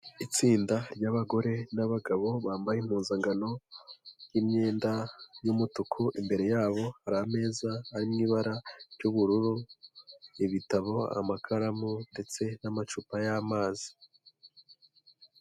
Itsinda ry'abagore n'abagabo bambaye impuzankano y'imyenda y'umutuku, imbere yabo hari ameza ari mu ibara ry'ubururu, ibitabo, amakaramu ndetse n'amacupa y'amazi.